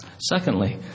Secondly